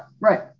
right